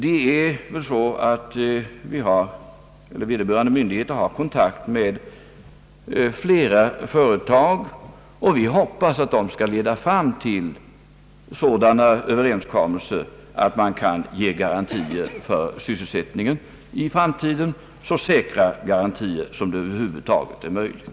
Vederbörande myndigheter har kontakt med ett flertal företag, och vi hoppas att detta skall leda fram till sådana överenskommelser, att man kan ge garantier för sysselsättningen i framtiden — så säkra garantier som det över huvud taget är möjligt.